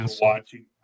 watching